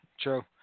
true